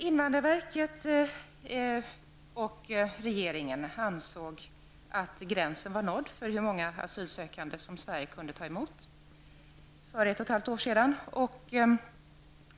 Invandrarverket och regeringen ansåg att gränsen var nådd för hur många asylsökande som Sverige kunde ta emot för ungefär ett och ett halvt år sedan.